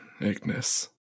Ignis